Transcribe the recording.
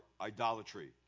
idolatry